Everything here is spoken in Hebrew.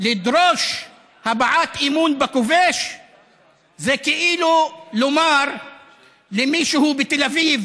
לדרוש הבעת אמון בכובש זה כאילו לומר למישהו בתל אביב